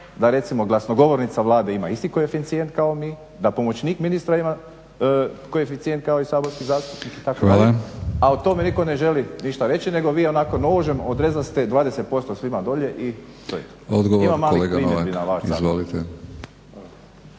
da recimo glasnogovornica Vlada ima isti koeficijent kao mi, da pomoćnik ministra ima koeficijent kao i saborski zastupnici, itd. a o tome nitko ne želi ništa reći nego vi onako nožem odrezaste 20% svima dolje i to je to. Imam malih